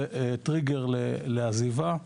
זה טריגר לעזיבה,